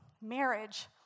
marriage